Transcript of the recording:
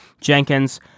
jenkins